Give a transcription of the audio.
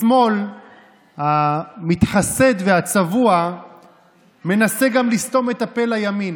השמאל המתחסד והצבוע מנסה גם לסתום את הפה לימין.